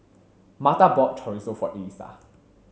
Martha bought Chorizo for Elisa